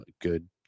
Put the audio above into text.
good